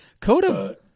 Coda